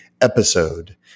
episode